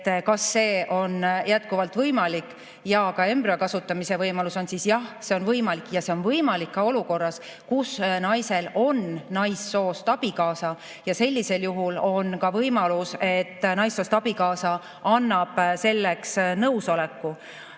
kas see on jätkuvalt võimalik ja kas ka embrüo kasutamise võimalus on, siis jah, see on võimalik. See on võimalik ka olukorras, kus naisel on naissoost abikaasa. Sellisel juhul on ka võimalus, et naissoost abikaasa annab selleks nõusoleku.